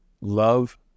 love